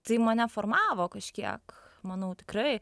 tai mane formavo kažkiek manau tikrai